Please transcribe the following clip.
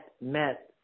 met